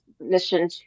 mission